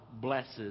blesses